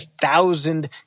thousand